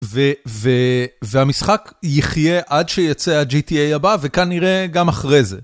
והמשחק יחיה עד שיצא ה-GTA הבא וכנראה גם אחרי זה.